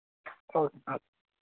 okay